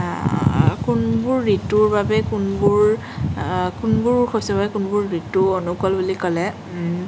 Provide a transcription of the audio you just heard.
কোনবোৰ ঋতুৰ বাবে কোনবোৰ কোনবোৰ শস্যৰ বাবে কোনবোৰ ঋতু অনুকূল বুলি ক'লে